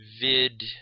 Vid